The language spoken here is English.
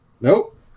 Nope